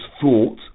thought